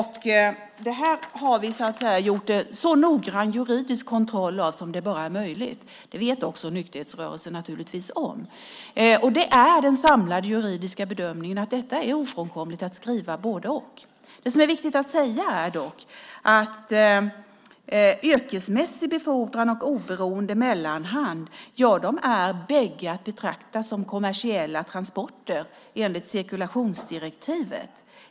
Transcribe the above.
Här har vi gjort en så noggrann juridisk kontroll som det bara är möjligt. Det vet också nykterhetsrörelsen om. Den samlade juridiska bedömningen är att det är ofrånkomligt att skriva både-och. Yrkesmässig befordran och oberoende mellanhand är bägge att betrakta som kommersiella transporter enligt cirkulationsdirektivet.